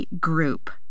group